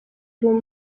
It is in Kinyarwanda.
rumwe